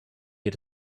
get